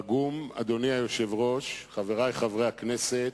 פגומה, אדוני היושב-ראש, חברי חברי הכנסת,